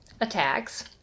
attacks